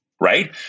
right